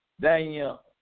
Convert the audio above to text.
Daniel